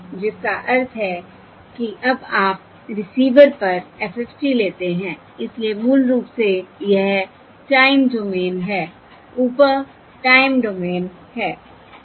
जिसका अर्थ है कि अब आप रिसीवर पर FFT लेते हैं इसलिए मूल रूप से यह टाइम डोमेन है ऊपर टाइम डोमेन है